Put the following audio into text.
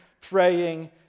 praying